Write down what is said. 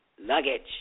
luggage